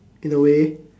in a way